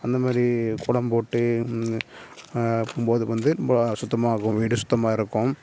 அந்தமாதிரி கோலம் போட்டு ம்போது வந்து ரொம்ப சுத்தமாக ஆகும் வீடு சுத்தமாக இருக்கும்